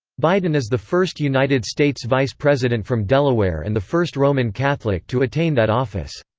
biden is the first united states vice president from delaware and the first roman catholic to attain that office.